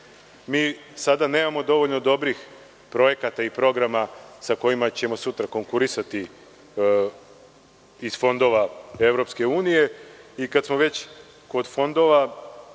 nastavim. Nemamo dovoljno dobrih projekata i programa sa kojima ćemo sutra konkurisati iz fondova EU. Kada smo već kod fondova,